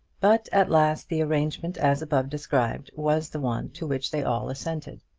but at last the arrangement as above described was the one to which they all assented.